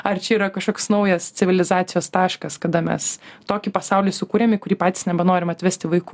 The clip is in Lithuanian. ar čia yra kažkoks naujas civilizacijos taškas kada mes tokį pasaulį sukūrėm į kurį patys nebenorim atvesti vaikų